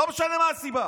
לא משנה מה הסיבה.